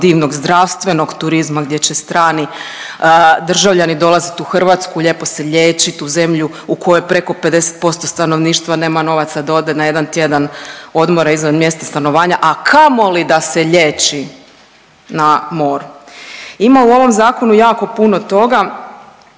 divnog zdravstvenog turizma gdje će strani državljani dolaziti u Hrvatsku, lijepo se liječiti u zemlji u kojoj preko 50% stanovništva nema novaca da ode na jedan tjedan odmora izvan mjesta stanovanja, a kamoli da se liječi na moru. Ima u ovom zakonu jako puno toga,